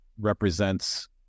represents